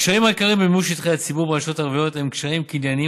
הקשיים העיקריים במימוש שטחי ציבור ברשויות הערביות הם קשיים קנייניים,